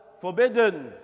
forbidden